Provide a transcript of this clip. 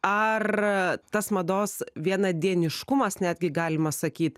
ar tas mados vienadieniškumas netgi galima sakyti